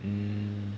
mm